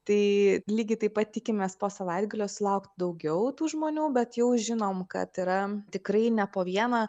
tai lygiai taip pat tikimės po savaitgalio sulaukt daugiau tų žmonių bet jau žinom kad yra tikrai ne po vieną